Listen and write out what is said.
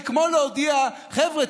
זה כמו להודיע: חבר'ה,